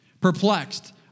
perplexed